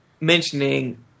mentioning